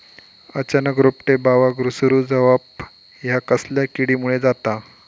अचानक रोपटे बावाक सुरू जवाप हया कसल्या किडीमुळे जाता?